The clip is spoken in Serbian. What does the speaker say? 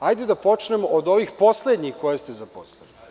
Hajde da počnemo od ovih poslednjih koje ste zaposlili.